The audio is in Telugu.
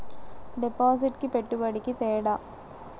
డిపాజిట్కి పెట్టుబడికి తేడా?